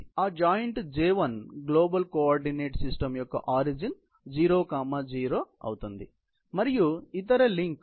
కాబట్టి ఆ joint J1 global coordinate system యొక్క ఆరిజిన్ 0 0 అవుతుంది మరియు ఇతర లింక్